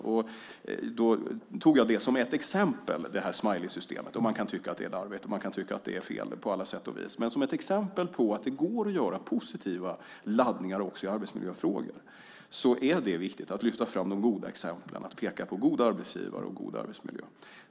Jag tog då Smileysystemet som ett exempel. Man kan tycka att det är larvigt och fel på alla sätt och vis. Men som ett exempel på att det går att göra positiva laddningar också i arbetsmiljöfrågor är det viktigt att också lyfta fram de goda exemplen och att peka på goda arbetsgivare och god arbetsmiljö.